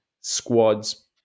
squads